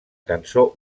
cançó